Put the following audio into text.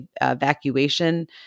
evacuation